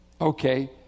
Okay